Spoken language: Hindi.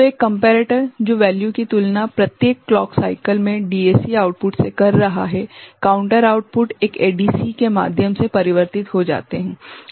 तो एक कम्पेरेटर जो वेल्यू की तुलना प्रत्येक क्लॉक साइकल में डीएसी आउटपुट से कर रहा है काउंटर आउटपुट एक डीएसी के माध्यम से परिवर्तित हो जाता है